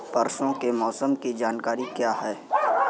परसों के मौसम की जानकारी क्या है?